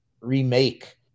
remake